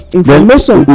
information